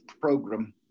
program